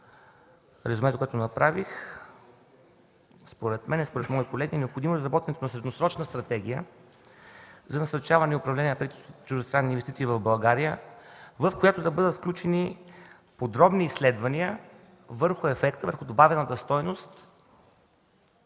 резюмето, което направих, според мен и според мои колеги необходимо е изработването на Средносрочна стратегия за насърчаване и управление на преките чуждестранни инвестиции в България, в която да бъдат включени подробни изследвания върху ефекта, върху добавената стойност